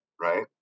right